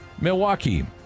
Milwaukee